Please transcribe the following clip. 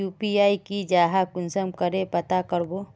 UPI की जाहा कुंसम करे पता करबो?